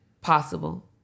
possible